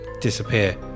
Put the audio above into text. disappear